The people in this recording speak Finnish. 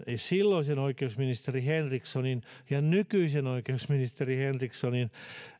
silloisen oikeusministeri henrikssonin ja nykyisen oikeusministeri henrikssonin